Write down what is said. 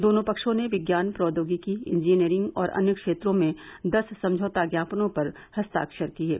दोनों पक्षों ने विज्ञान प्रौद्योगिकी इंजीनियरिंग और अन्य क्षेत्रों में दस समझौता ज्ञापनों पर हस्ताक्षर किये